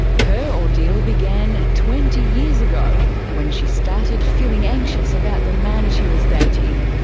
her ordeal began twenty years ago when she started feeling anxious about the man she was dating.